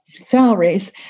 salaries